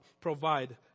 provide